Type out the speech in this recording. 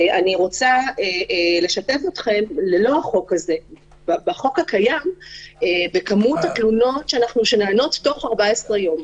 אני רוצה לשתף אתכם בחוק הקיים בכמות התלונות שנענות בתוך 14 יום.